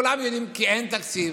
כולם יודעים: כי אין תקציב.